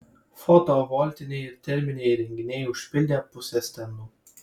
fotovoltiniai ir terminiai įrenginiai užpildė pusę stendų